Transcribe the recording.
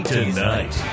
Tonight